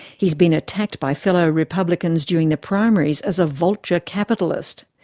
he's been attacked by fellow republicans during the primaries as a vulture capitalist.